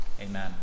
Amen